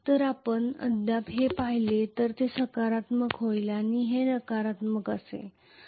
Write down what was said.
तर आपण अद्याप हे पाहिले तर ते सकारात्मक होईल आणि हे नकारात्मक असेल